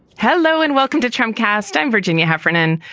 hello and welcome to trump cast, i'm virginia heffernan.